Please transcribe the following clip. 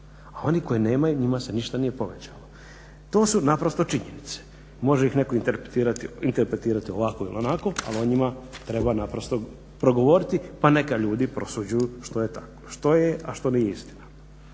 a oni koji nemaju njima se ništa nije povećalo. To su naprosto činjenice. Može ih netko interpretirati ovako ili onako ali o njima treba naprosto progovoriti pa neka ljudi prosuđuju što je tako što je a što nije istina.